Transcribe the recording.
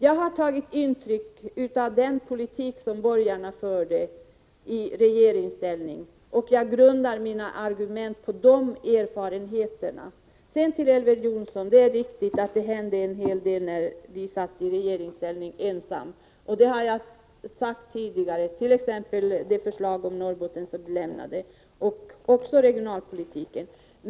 Jag har tagit intryck av den politik som borgarna förde i regeringsställning, och jag grundar mina argument på de erfarenheterna. Till Elver Jonsson vill jag säga att det är riktigt att det hände en hel del när ni satt i regeringsställning ensamma. Det har jag också talat om tidigare — t.ex. det förslag om Norrbotten som ni lade fram, och även förslaget om regionalpolitiken.